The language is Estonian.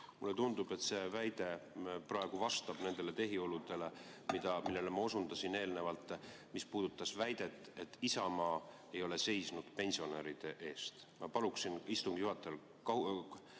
Mulle tundub, et see praegu vastab nendele tehioludele, millele ma osundasin eelnevalt, mis puudutas väidet, et Isamaa ei ole seisnud pensionäride eest. Ma palun istungi juhatajal see